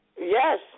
Yes